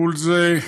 מול זה,